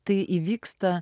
tai įvyksta